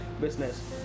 business